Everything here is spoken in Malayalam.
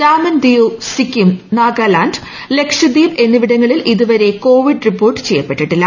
ദാമൻ ദിയു സിക്കിം നാഗാലാന്റ് ലക്ഷദ്വീപ് എന്നിവിടങ്ങളിൽ ഇതുവരെ കോവിഡ് റിപ്പോർട്ട് ചെയ്യപ്പെട്ടിട്ടില്ല